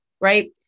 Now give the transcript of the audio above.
right